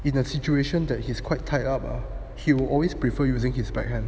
in a situation that he's quite tight up he will always prefer using his backhand